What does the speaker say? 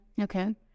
Okay